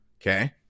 Okay